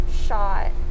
shot